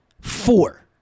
four